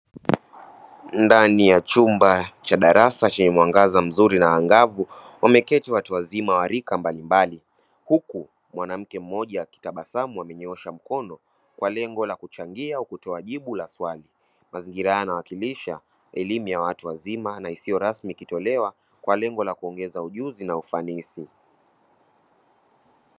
Ndani ya chumba cha darasa chenye mwanganza mzuri na angavu, wameketi watu wazima wa rika mbalimbali huku mwanamke mmoja akitabasamu akinyoosha mkono kwa lengo kuchangia kutoa jibu la swali, mazingira hayo yanawakilisha elimu ya watu wazima na isiyo rasmi ikitolewa kwa lengo la kuongeza ujuzi na ufanisi.